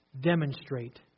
demonstrate